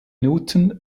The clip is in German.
minuten